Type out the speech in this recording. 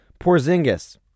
Porzingis